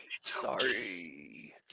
sorry